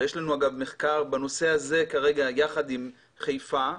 ויש לנו אגב מחקר בנושא הזה כרגע יחד עם חיפה,